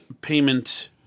payment